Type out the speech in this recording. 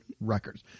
records